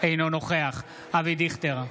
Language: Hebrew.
אינו נוכח אבי דיכטר,